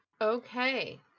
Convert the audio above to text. Okay